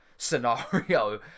scenario